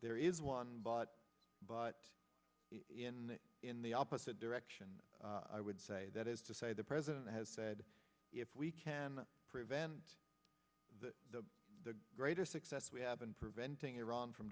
there is one but but in that in the opposite direction i would say that is to say the president has said if we can prevent that the greater success we have been preventing iran from